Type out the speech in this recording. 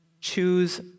choose